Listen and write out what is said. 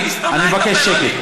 אני מבקש שקט.